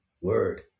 word